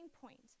point